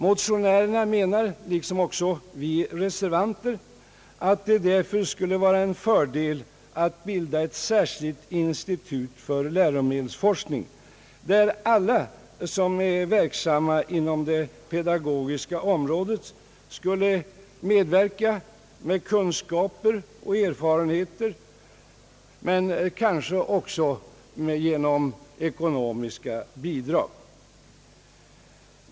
Motionärerna menar liksom vi reservanter att det därför skulle vara en fördel att bilda ett särskilt institut för läromedelsforskning, där alla som är verksamma inom det pedagogiska området skulle medverka med kunskaper och erfarenheter men kanske också genom ekonomiska bidrag.